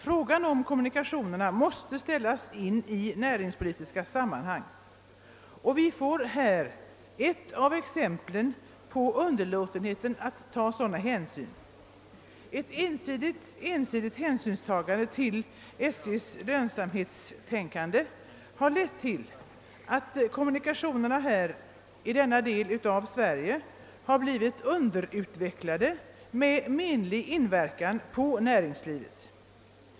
Frågan om kommunikationerna måste sättas in i sitt näringspolitiska sammanhang. Vi ser här ett av exemplen på underlåtenheten att ta sådana hänsyn. Ett ensidigt hänsynstagande till SJ:s lönsamhetstänkande har lett till att kommunikationerna i denna del av Sverige blivit underutvecklade med menlig följd för näringslivet.